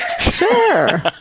Sure